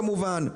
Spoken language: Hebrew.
כמובן.